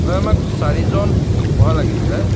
হয় আমাক চাৰিজন বহা লাগিছিলে